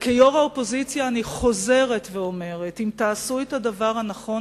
כיושבת-ראש האופוזיציה אני חוזרת ואומרת: אם תעשו את הדבר הנכון,